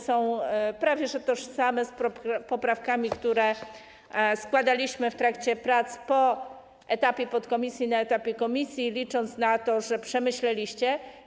Są prawie że tożsame z poprawkami, które składaliśmy w trakcie prac po etapie podkomisji, na etapie komisji, licząc na to, że to przemyśleliście.